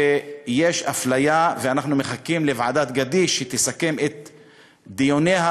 על כך שיש אפליה ושאנחנו מחכים לוועדת גדיש שתסכם את דיוניה.